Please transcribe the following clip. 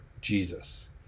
Jesus